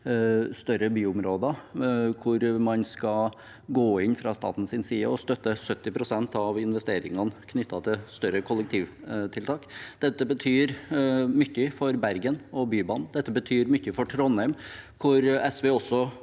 større byområder, der man fra statens side skal gå inn og støtte 70 pst. av investeringene knyttet til større kollektivtiltak. Dette betyr mye for Bergen og Bybanen. Det betyr mye for Trondheim, hvor SV også